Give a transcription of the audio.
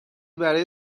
برای